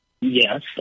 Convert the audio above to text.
Yes